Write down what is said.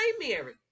Mary